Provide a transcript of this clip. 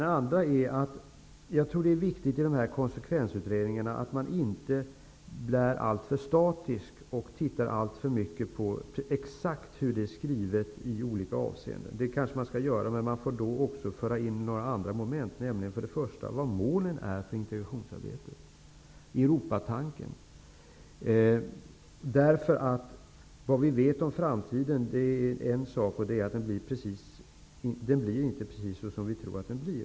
Den andra är att det är viktigt att man i dessa konsekvensutredningar inte blir alltför statisk och tittar alltför mycket på exakt hur det är skrivet i olika avseenden. Det kanske man skall göra. Men man får då också föra in andra moment, först och främst vad målet är för integrationsarbetet, nämligen Europatanken. Vi vet en sak om framtiden, och det är att den inte blir precis som vi tror att den blir.